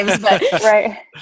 Right